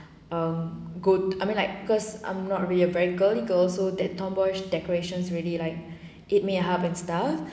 um good I mean like because I'm not really a very girly girl so that tomboyish decorations really like it may help and stuff